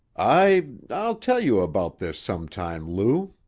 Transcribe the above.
i i'll tell you about this some time, lou.